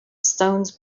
stones